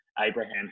Abraham